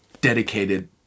dedicated